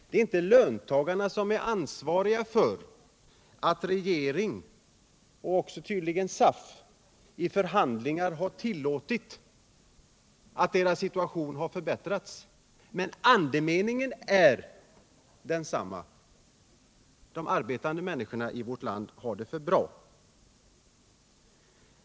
Det är inte löntagarna som är ansvariga för att regeringen och tydligen SAF i förhandlingar har tillåtit att deras situation har förbättrats. Men andemeningen är ändå densamma: de arbetande människorna i vårt land har det för bra.